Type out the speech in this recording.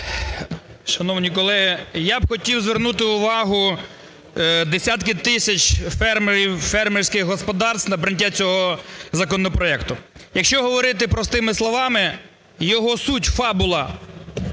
Шановні колеги, я б хотів звернути увагу десятків тисяч фермерів, фермерських господарств на прийняття цього законопроекту. Якщо говорити простими словами, його суть, фабула